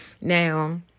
Now